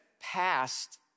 passed